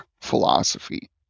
philosophy